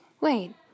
Wait